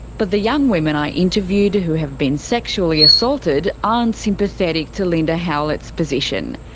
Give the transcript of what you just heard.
but the young women i interviewed who have been sexually assaulted aren't sympathetic to linda howlett's position.